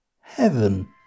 heaven